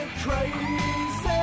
crazy